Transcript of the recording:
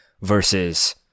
versus